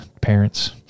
parents